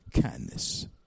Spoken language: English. kindness